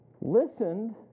listened